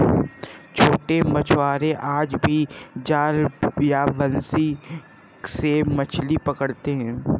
छोटे मछुआरे आज भी जाल या बंसी से मछली पकड़ते हैं